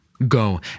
Go